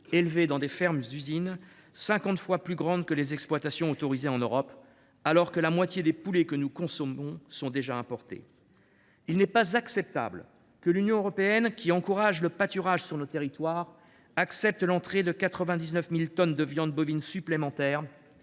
élevés dans des fermes usines cinquante fois plus grandes que les exploitations autorisées en Europe, alors que la moitié des poulets que nous consommons sont déjà importés. Il n’est pas acceptable que l’Union européenne, qui encourage le pâturage sur nos territoires, accepte l’entrée de 99 000 tonnes de viande bovine supplémentaires,